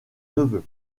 neveu